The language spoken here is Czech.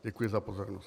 Děkuji za pozornost.